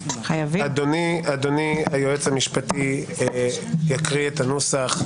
אדוני היועץ המשפטי יקריא את הנוסח.